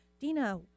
Dina